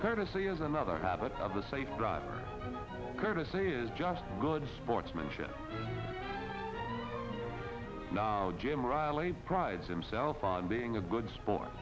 courtesy is another habit of the safe driver courtesy is just good sportsmanship jim reilly prides himself on being a good sport